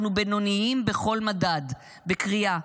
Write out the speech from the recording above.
אנחנו בינוניים בכל מדד: בקריאה,